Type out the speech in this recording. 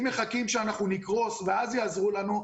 אם מחכים שאנחנו נקרוס ואז יעזרו לנו,